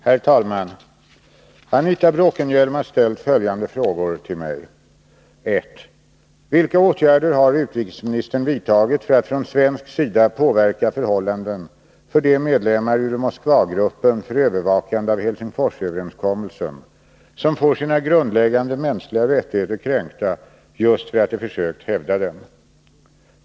Herr talman! Anita Bråkenhielm har ställt följande frågor till mig: ”rättigheter kränkta just för att de försökt hävda dem?